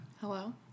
Hello